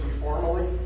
formally